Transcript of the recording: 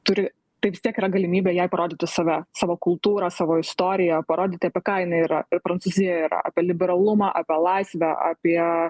turi tai vis tiek yra galimybė jai parodyti save savo kultūrą savo istoriją parodyti apie ką jinai yra ir prancūzija yra apie liberalumą apie laisvę apie